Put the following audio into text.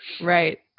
Right